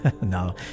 no